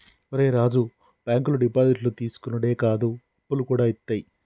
ఒరే రాజూ, బాంకులు డిపాజిట్లు తీసుకునుడే కాదు, అప్పులుగూడ ఇత్తయి